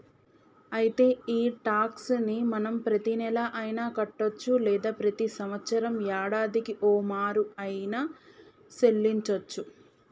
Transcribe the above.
అయితే ఈ టాక్స్ ని మనం ప్రతీనెల అయిన కట్టొచ్చు లేదా ప్రతి సంవత్సరం యాడాదికి ఓమారు ఆయిన సెల్లించోచ్చు